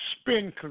spin